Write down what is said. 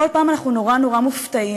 וכל פעם אנחנו נורא נורא מופתעים.